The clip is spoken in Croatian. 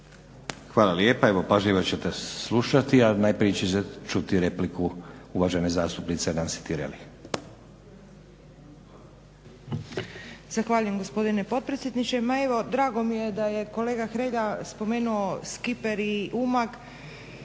Hvala lijepa. Evo pažljivo ćete slušati, a najprije ćete čuti repliku uvažene zastupnice Nansi Tireli.